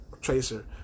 Tracer